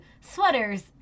sweaters